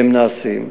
והם נעשים.